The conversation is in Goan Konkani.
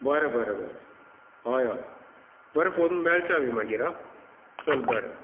बरें बरें बरें हय हय बरें फोन मेळचें आमी मागीर हांव चल बरें